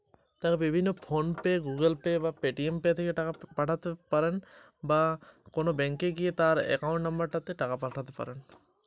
অন্য রাজ্যে আমার এক দাদা থাকে তাকে কিভাবে টাকা পাঠাবো?